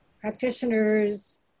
practitioners